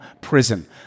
prison